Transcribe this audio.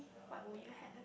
what would you have